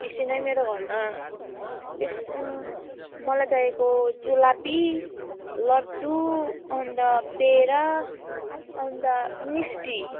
एकछिन् है मेरो घरमा बेस् मलाई चाहिएको जुलापी लड्डु अन्त पेडा अन्त मिस्टी